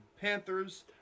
Panthers